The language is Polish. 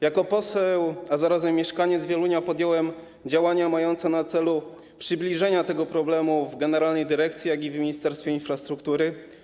Jako poseł, a zarazem mieszkaniec Wielunia podjąłem działania mające na celu przybliżenie tego problemu w generalnej dyrekcji, jak i w Ministerstwie Infrastruktury.